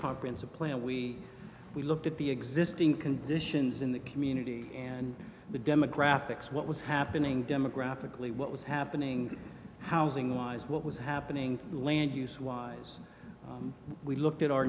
conference a plan we we looked at the existing conditions in the community and the demographics what was happening demographically what was happening housing wise what was happening to land use wise we looked at our